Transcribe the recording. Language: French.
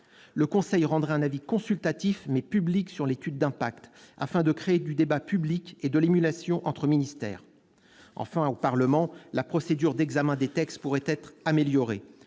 Le Conseil rendrait un avis consultatif, mais public sur l'étude d'impact, afin de créer du débat public et de l'émulation entre ministères. Enfin, au Parlement, la procédure d'examen des textes pourrait être améliorée.